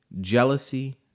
jealousy